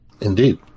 Indeed